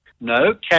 No